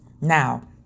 Now